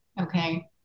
okay